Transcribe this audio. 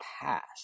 past